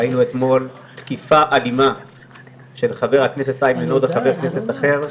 ראינו אתמול תקיפה אלימה של חבר הכנסת איימן עודה חבר כנסת אחר.